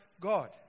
God